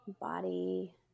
body